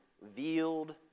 revealed